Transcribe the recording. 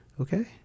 okay